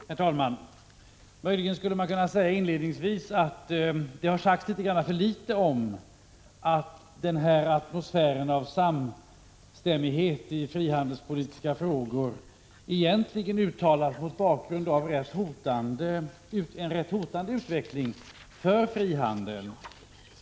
Herr talman! Möjligen skulle man inledningsvis kunna påstå att det har sagts litet för litet om att alla dessa uttalanden om en atmosfär av samstämmighet i frihandelspolitiska frågor sker mot bakgrund av en egentligen rätt hotande utveckling för frihandeln.